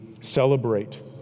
celebrate